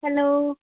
hello